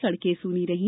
सड़के सूनी रही